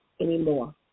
anymore